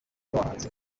rw’abahanzi